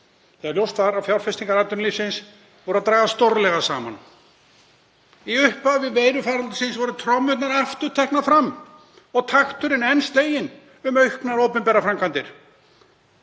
þegar ljóst var að fjárfestingar atvinnulífsins voru að dragast stórlega saman. Í upphafi veirufaraldursins voru trommurnar aftur teknar fram og takturinn enn sleginn um auknar opinberar framkvæmdir.